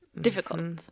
Difficult